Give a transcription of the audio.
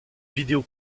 vidéo